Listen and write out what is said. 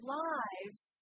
lives